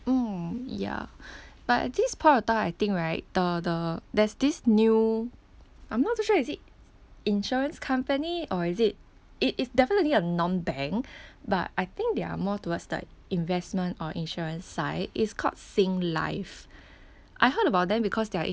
mm ya but at this point of time I think right the the there's this new I'm not too sure is it insurance company or is it it is definitely a non bank but I think they're more towards the investment or insurance side it's called Singlife I heard about them because their